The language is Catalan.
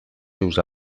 seus